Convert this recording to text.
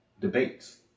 debates